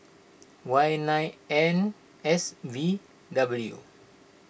Y nine N S V W